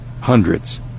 hundreds